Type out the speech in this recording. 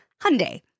Hyundai